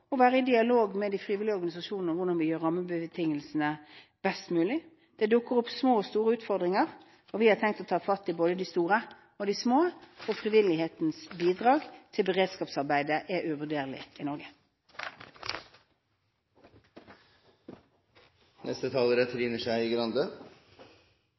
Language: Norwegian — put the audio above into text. å være i dialog med de frivillige organisasjonene om hvordan vi gjør rammebetingelsene best mulig. Det dukker opp små og store utfordringer. Vi har tenkt å ta fatt i både de store og de små, for frivillighetens bidrag til beredskapsarbeidet er uvurderlig i Norge.